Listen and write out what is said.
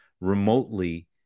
remotely